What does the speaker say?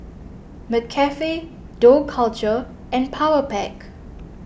McCafe Dough Culture and Powerpac